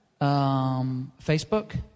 Facebook